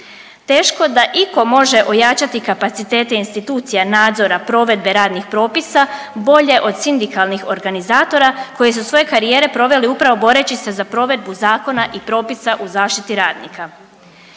teško da itko može ojačati kapacitete institucija nadzora provedbe radnih propisa bolje od sindikalnih organizatora koji su karijere upravo proveli boreći se za provedbu zakona i propisa u zaštiti radnika.